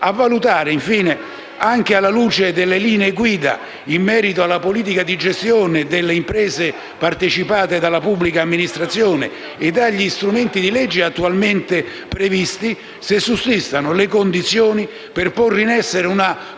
e valuti, anche alla luce delle linee guida in merito alla politica di gestione delle imprese partecipate dalla pubblica amministrazione e degli strumenti di legge attualmente previsti, se sussistano le condizioni per porre in essere una